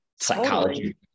psychology